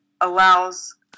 allows